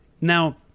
Now